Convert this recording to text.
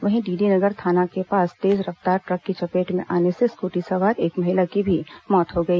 वहीं डीडी नगर थाना के पास तेज रफ्तार ट्रक की चपेट में आने से स्कूटी सवार एक महिला की भी मौत हो गई